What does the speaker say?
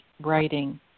writing